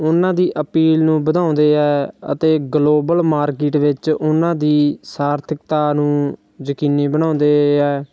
ਉਹਨਾਂ ਦੀ ਅਪੀਲ ਨੂੰ ਵਧਾਉਂਦੇ ਹੈ ਅਤੇ ਗਲੋਬਲ ਮਾਰਕੀਟ ਵਿੱਚ ਉਹਨਾਂ ਦੀ ਸਾਰਥਿਕਤਾ ਨੂੰ ਯਕੀਨੀ ਬਣਾਉਂਦੇ ਹੈ